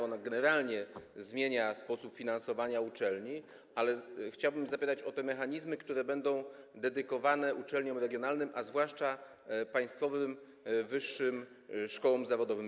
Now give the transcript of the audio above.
Ona generalnie zmienia sposób finansowania uczelni, ale chciałbym zapytać o te mechanizmy, które będą dedykowane uczelniom regionalnym, a zwłaszcza państwowym wyższym szkołom zawodowym.